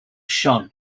shone